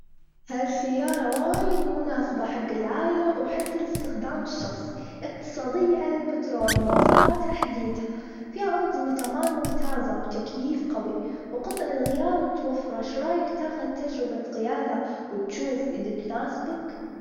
هالسيارة وايد مناسبة حج العيلة وحتى الإستخدام الشخصي إقتصادية على البترول مواصفاتها حديثة فيها أنظمة أمان ممتازة وتكيف قوي وقطع الغيار متوفرة شو رأيك تأخد تجربة قيادة وتشوف إذ تناسبك؟